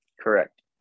Correct